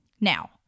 Now